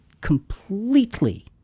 completely